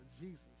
Jesus